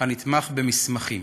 הנתמך במסמכים